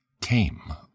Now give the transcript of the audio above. came